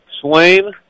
Swain